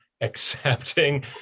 accepting